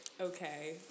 okay